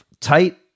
tight